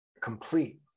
complete